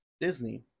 Disney